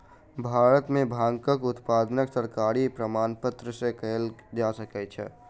भारत में भांगक उत्पादन सरकारी प्रमाणपत्र सॅ कयल जा सकै छै